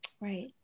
Right